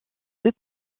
deux